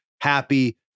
happy